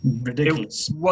ridiculous